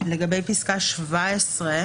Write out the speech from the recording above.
לגבי פסקה (17),